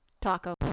Taco